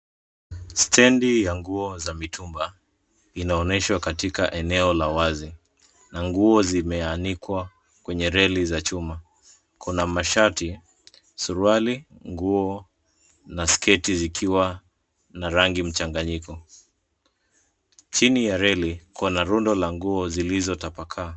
Stendi ya nguo za mitumba, inaonyeshwa katika eneo la wazi, na nguo zimeanikwa, kwenye reli za chuma, kuna mashati, suruali, nguo, na sketi zikiwa na rangi mchanganyiko, chini ya reli, kuna rundo la nguo zilizotapakaa.